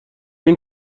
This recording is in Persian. این